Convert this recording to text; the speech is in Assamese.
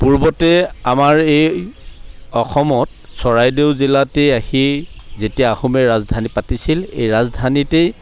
পূৰ্বতে আমাৰ এই অসমত চৰাইদেউ জিলাতে আহি যেতিয়া আহোমে ৰাজধানী পাতিছিল এই ৰাজধানীতেই